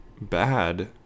bad